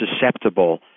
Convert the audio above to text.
susceptible